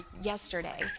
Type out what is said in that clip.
yesterday